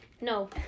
no